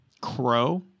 Crow